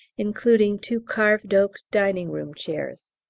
including two carved oak dining-room chairs.